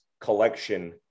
collection